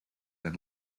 than